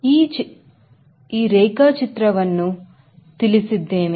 ಈ ರೀತಿಯ ರೇಖಾಚಿತ್ರವನ್ನು ತಿಳಿಸಿದ್ದೇವೆ